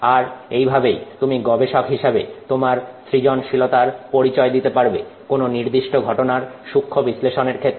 আর এই ভাবেই তুমি গবেষক হিসাবে তোমার সৃজনশীলতার পরিচয় দিতে পারবে কোন নির্দিষ্ট ঘটনার সূক্ষ্ম বিশ্লেষণের ক্ষেত্রে